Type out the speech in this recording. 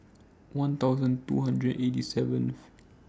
one thousand two hundred and eighty seventh